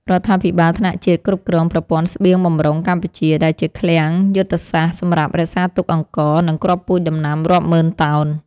រដ្ឋាភិបាលថ្នាក់ជាតិគ្រប់គ្រង ប្រព័ន្ធស្បៀងបម្រុងកម្ពុជា ដែលជាឃ្លាំងយុទ្ធសាស្ត្រសម្រាប់រក្សាទុកអង្ករ និងគ្រាប់ពូជដំណាំរាប់ម៉ឺនតោន។